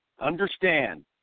Understand